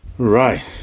Right